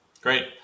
great